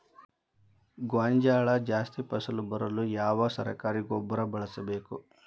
ಗೋಂಜಾಳ ಜಾಸ್ತಿ ಫಸಲು ಬರಲು ಯಾವ ಸರಕಾರಿ ಗೊಬ್ಬರ ಬಳಸಬೇಕು?